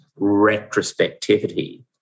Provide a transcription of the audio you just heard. retrospectivity